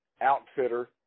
outfitter